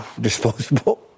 disposable